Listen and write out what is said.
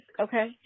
okay